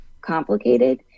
complicated